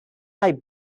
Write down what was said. might